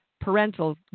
parental